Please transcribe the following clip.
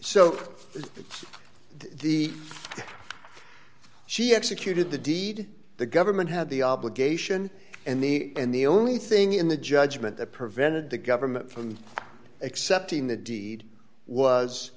that the she executed the deed the government had the obligation and the and the only thing in the judgement that prevented the government from accepting the deed was